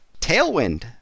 Tailwind